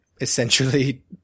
essentially